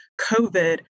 COVID